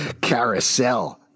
Carousel